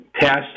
Test